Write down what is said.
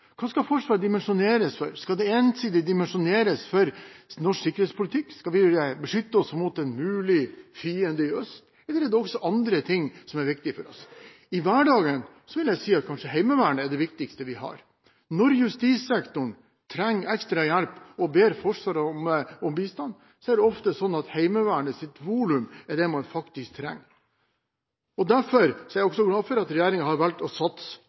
Hva skal Forsvaret dimensjoneres for? Skal det ensidig dimensjoneres for norsk sikkerhetspolitikk? Skal det beskytte oss mot en mulig fiende i øst, eller er det også andre ting som er viktig for oss? I hverdagen vil jeg si at kanskje er Heimevernet det viktigste vi har. Når justissektoren trenger ekstra hjelp og ber Forsvaret om bistand, er det ofte sånn at Heimevernets volum er det man faktisk trenger. Derfor er jeg glad for at regjeringen har valgt å satse